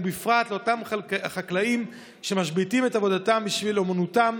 ובפרט אותם חקלאים שמשביתים את עבודתם בשביל אמונתם,